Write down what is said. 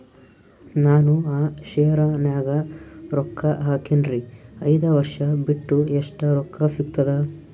ನಾನು ಆ ಶೇರ ನ್ಯಾಗ ರೊಕ್ಕ ಹಾಕಿನ್ರಿ, ಐದ ವರ್ಷ ಬಿಟ್ಟು ಎಷ್ಟ ರೊಕ್ಕ ಸಿಗ್ತದ?